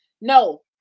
No